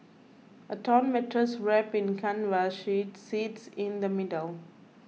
a torn mattress wrapped in canvas sheets sits in the middle